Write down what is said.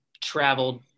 traveled